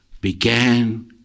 began